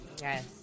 Yes